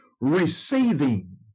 receiving